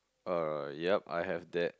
uh yup I have that